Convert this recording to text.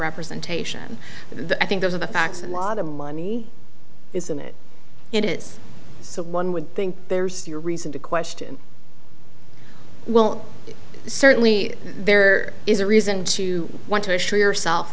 representation that i think those are the facts and law the money isn't it it is so one would think there's a reason to question well certainly there is a reason to want to assure yourself